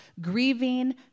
grieving